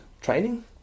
training